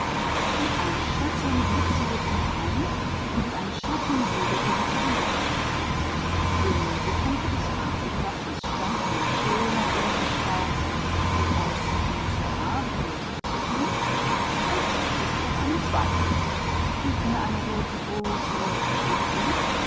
wie ein schatten huschte sie durch das gehölz und wie ein schatten flog sie über den garten da stand mitten auf dem rasen ein wundervoller rosenstock und als sie ihn sah flog sie auf ihn zu und setzte sich auf einen zweig gib mir eine rote rose rief sie